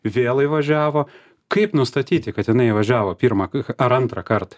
vėl įvažiavo kaip nustatyti kad jinai įvažiavo pirmą ar antrąkart